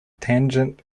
tangent